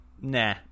nah